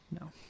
No